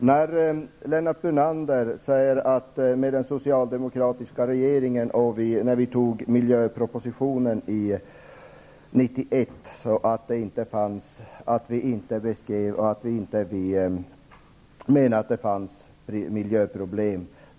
Herr talman! Lennart Brunander säger att den socialdemokratiska regeringen i samband med miljöpropositionen år 1991 inte ansåg att det fanns miljöproblem.